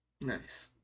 nice